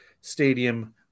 stadium